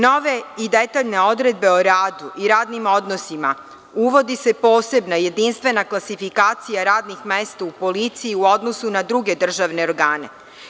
Nove i detaljne odredbe o radu i radnim odnosima, uvodi se posebna, jedinstvena klasifikacija radnih mesta u policiji u odnosu na druge državne organe.